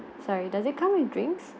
sorry does it come with drinks